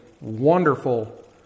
wonderful